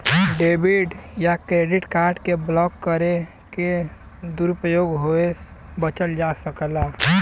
debit या credit card के block करके दुरूपयोग होये बचल जा सकला